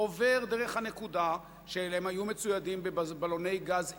עובר דרך הנקודה שהם היו מצוידים בבלוני גז עִליים,